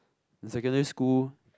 in secondary school